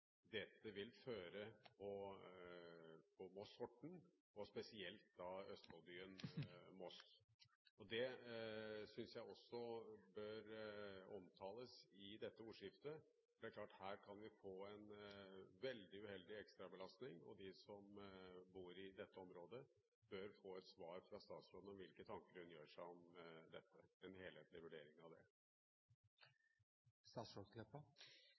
dette vil føre på strekningen Moss–Horten, og spesielt Østfoldbyen Moss. Det synes jeg også bør omtales i dette ordskiftet. Det er klart at vi her kan få en veldig uheldig ekstrabelastning, og de som bor i dette området, bør få et svar og en helhetlig vurdering fra statsråden om hvilke tanker hun gjør seg om dette.